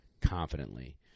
confidently